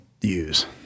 use